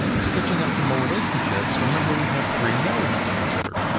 sketching out some more relationships, remember we have three more we have to consider.